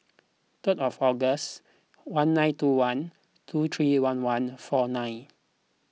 third of August one nine two one two three one one four nine